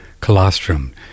colostrum